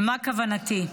ומה כוונתי?